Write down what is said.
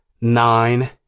nine